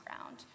ground